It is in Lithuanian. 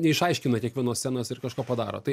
neišaiškina kiekvienos scenos ir kažko padaro tai